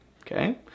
okay